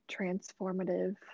transformative